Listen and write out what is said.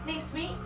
next week